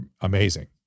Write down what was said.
amazing